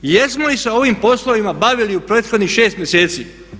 Jesmo li se ovim poslovima bavili u prethodnih šest mjeseci?